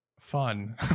fun